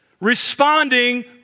responding